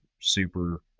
super